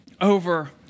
over